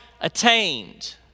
attained